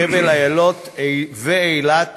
חבל אילות ואילת